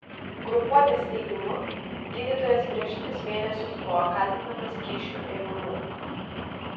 grupuotės teigimu gydytojas prieš tris mėnesius buvo kaltinamas kyšių ėmimu